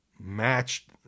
matched